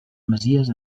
masies